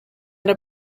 with